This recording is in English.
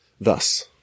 Thus